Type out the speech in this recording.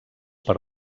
per